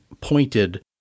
pointed